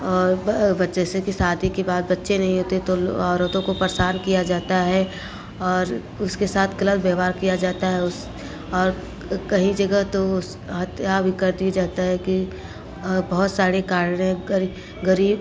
और बच्चे जैसे की शादी के बाद बच्चे नहीं होते तो औरतों को परेशान किया जाता है और उसके साथ गलत व्यवहार किया जाता है उस और कहीं जगह तो हत्या भी कर दिया जाता है कि बहुत सारे कारण है गरीब